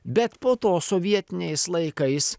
bet po to sovietiniais laikais